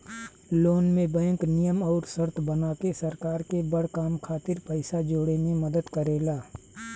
loan में bank नियम अउर शर्त बना के सरकार के बड़ काम खातिर पइसा जोड़े में मदद करेला